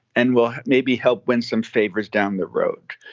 and we'll maybe help win some favors down the road.